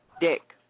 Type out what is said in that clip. dick